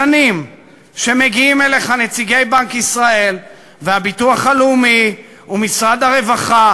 שנים שמגיעים אליך נציגי בנק ישראל והביטוח הלאומי ומשרד הרווחה